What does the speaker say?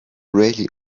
rarely